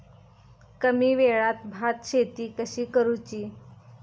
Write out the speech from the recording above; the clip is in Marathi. कमी वेळात भात शेती कशी करुची?